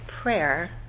prayer